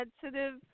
sensitive